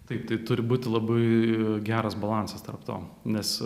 taip tai turi būti labai geras balansas tarp to nes